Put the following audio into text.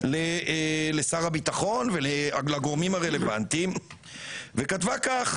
לשר הביטחון ולגורמים הרלוונטיים וכתבה כך: